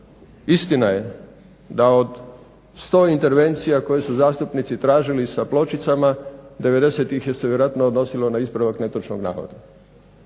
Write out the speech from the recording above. istina je da od 100 intervencija koje su zastupnici tražili sa pločicama 90 ih se je vjerojatno odnosilo na ispravak netočnog navoda.